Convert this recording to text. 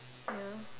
ya